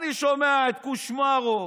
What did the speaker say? אני שומע את קושמרו,